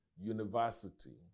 University